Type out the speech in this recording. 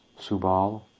subal